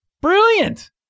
Brilliant